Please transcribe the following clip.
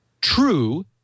True